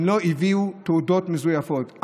הם לא הביאו תעודות מזויפות.